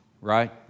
right